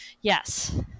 yes